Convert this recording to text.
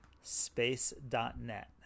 space.net